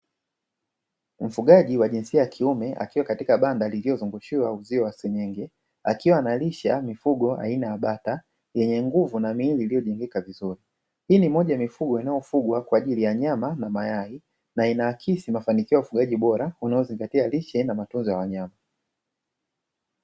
Mfugaji wa jinsia ya kiume akiwa katika banda lililozungushiwa huziwa senyenge akiwa analisha mifugo aina ya bata yenye nguvu na miili iliyojemika vizuri hii ni moja ya mifugo inayofugwa kwa ajili ya nyama na mayai na inaakisi mafanikio ya ufugaji bora unaozingatia lishe na matunzo ya wanyama.